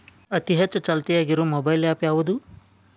ಅತಿ ಹೆಚ್ಚ ಚಾಲ್ತಿಯಾಗ ಇರು ಮೊಬೈಲ್ ಆ್ಯಪ್ ಯಾವುದು?